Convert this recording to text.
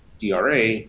DRA